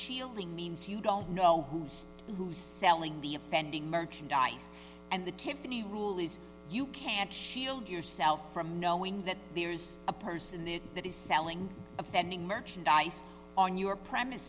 shielding means you don't know who's selling the offending merchandise and the tiffany rule is you can't shield yourself from knowing that there's a person there that is selling offending merchandise on your premise